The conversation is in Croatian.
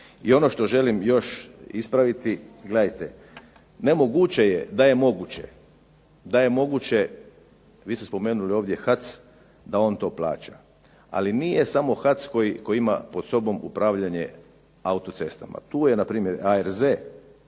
I ono što želim još ispraviti, gledajte nemoguće je da je moguće, da je moguće, vi ste spomenuli ovdje HAC da on to plaća. Ali nije samo HAC koji ima pod sobom upravljanje autocestama, tu je npr. ARZ,